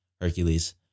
Hercules